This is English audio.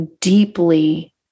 deeply